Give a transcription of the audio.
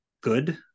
good